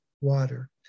water